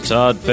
Todd